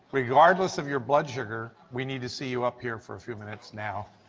regardless of your blood sugar, we need to see you appear for a few minutes now.